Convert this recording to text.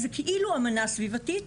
זה כאילו אמנה סביבתית,